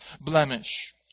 blemish